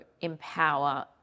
empower